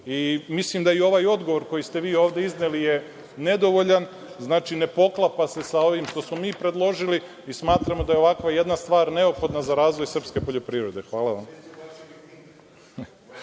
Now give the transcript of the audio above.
dnevno. Mislim da ovaj odgovor koji ste vi ovde izneli je nedovoljan, znači, ne poklapa se sa ovim što smo mi predložili i smatramo da je ovakva jedna stvar neophodna za razvoj srpske poljoprivrede. Hvala vam.